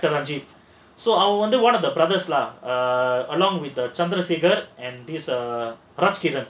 ah actor ranjith one of the brother along with the chandhirasekar he is the rajkiran